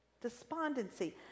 despondency